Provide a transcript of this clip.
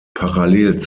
parallel